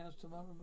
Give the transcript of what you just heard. tomorrow